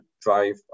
drive